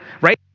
right